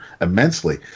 immensely